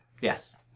Yes